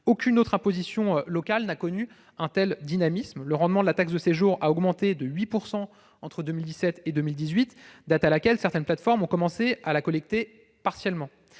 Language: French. Aucune autre imposition locale n'a connu un tel dynamisme. Le rendement de la taxe de séjour a augmenté de 8 % entre 2017 et 2018, date à laquelle certaines plateformes ont commencé à la collecter partiellement.